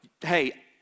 hey